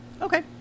okay